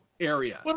area